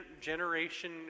generation